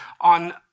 on